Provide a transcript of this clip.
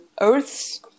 Earth's